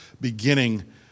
beginning